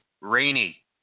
rainy